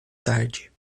tarde